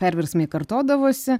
perversmai kartodavosi